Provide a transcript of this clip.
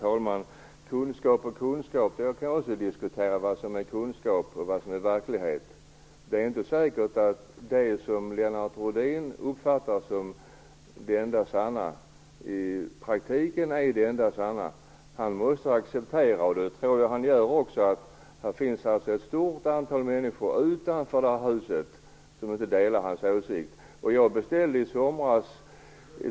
Herr talman! Man kan diskutera vad som är kunskap och vad som är verklighet. Det är inte säkert att det som Lennart Rohdin uppfattar som det enda sanna också i praktiken är det enda sanna. Han måste acceptera - och jag tror att han också gör det - att det finns ett stort antal människor utanför det här huset som inte delar hans åsikter.